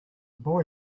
boy